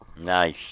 nice